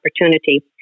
opportunity